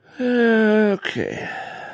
Okay